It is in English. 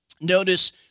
Notice